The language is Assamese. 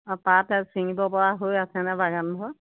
পাত এই চিঙিব পৰা হৈ আছেনে বাগানবোৰ